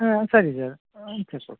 ಹಾಂ ಸರಿ sir okay sir